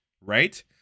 right